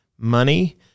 Money